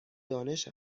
دانش